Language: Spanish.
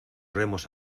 remos